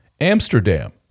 Amsterdam